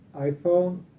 iPhone